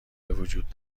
وجود